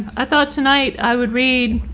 i thought tonight i would read